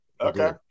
Okay